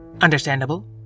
Understandable